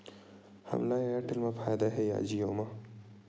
हमला एयरटेल मा फ़ायदा हे या जिओ मा?